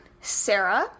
Sarah